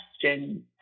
question